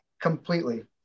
completely